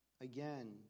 again